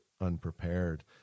unprepared